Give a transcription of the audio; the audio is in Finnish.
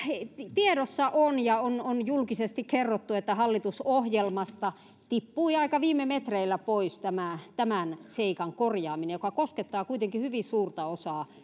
tiedossa on ja on on julkisesti kerrottu että hallitusohjelmasta tippui aika viime metreillä pois tämän seikan korjaaminen joka koskettaa kuitenkin hyvin suurta osaa